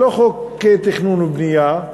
זה לא חוק תכנון ובנייה.